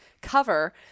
cover